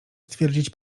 stwierdzić